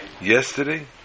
Yesterday